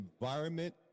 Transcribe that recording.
Environment